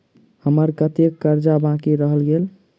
हम्मर कत्तेक कर्जा बाकी रहल गेलइ?